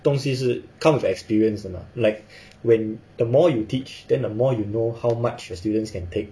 东西是 come with experience 的 lah like when the more you teach then the more you know how much your students can take